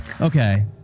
Okay